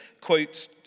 quotes